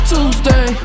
Tuesday